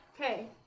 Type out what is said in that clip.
Okay